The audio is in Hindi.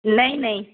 नहीं नहीं